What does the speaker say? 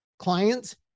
Clients